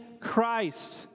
Christ